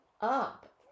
up